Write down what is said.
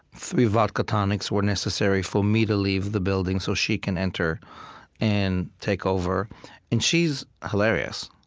three vodka tonics were necessary for me to leave the building so she can enter and take over and she's hilarious.